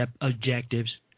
objectives